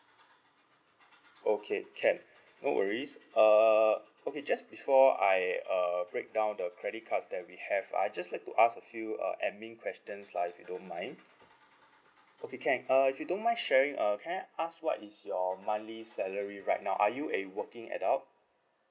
okay can no worries uh okay just before I uh break down the credit cards that we have I just like to ask a few uh admin questions lah if you don't mind okay can uh if you don't mind sharing uh can I ask what is your monthly salary right now are you a working adult